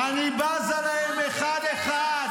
אני בזה להם אחד-אחד.